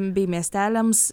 bei miesteliams